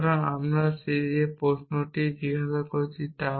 সুতরাং আমরা যে প্রশ্নটি জিজ্ঞাসা করছি